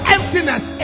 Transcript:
Emptiness